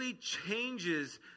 changes